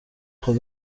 خود